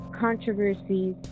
controversies